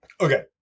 okay